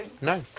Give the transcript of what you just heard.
No